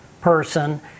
person